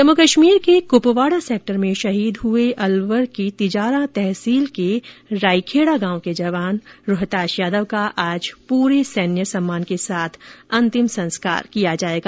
जम्मू कश्मीर के कुपवाड़ा सेक्टर में शहीद हुए अलवर की तिजारा तहसील के राईखेड़ा गांव के जवान रोहताश यादव का आज पूरे सैन्य सम्मान के साथ अंतिम संस्कार किया जाएगा